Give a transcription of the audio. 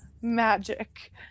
magic